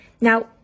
Now